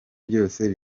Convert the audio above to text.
byose